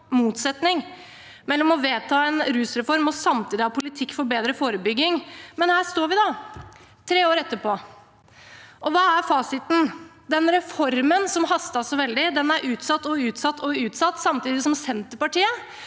mellom å vedta en rusreform og samtidig ha politikk for bedre forebygging, men her står vi da, tre år etterpå. Hva er fasiten? Den reformen som hastet så veldig, er utsatt og utsatt, samtidig som Senterpartiet